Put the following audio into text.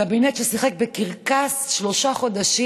קבינט ששיחק בקרקס שלושה חודשים.